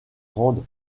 grandes